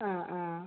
ആ ആ